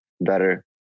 better